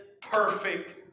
perfect